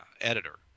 editor